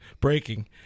Breaking